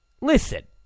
Listen